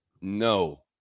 No